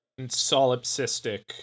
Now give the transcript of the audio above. solipsistic